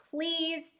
please